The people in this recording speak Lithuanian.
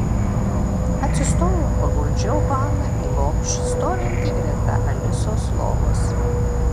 atsistojau ir paguldžiau haną į lopšį stovintį greta alisos lovos